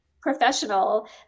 professional